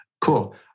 cool